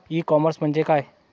E commerce म्हणजे काय?